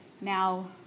now